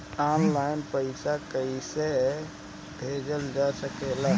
आन line पईसा कईसे भेजल जा सेकला?